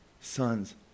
Sons